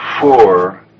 four